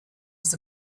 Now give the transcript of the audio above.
was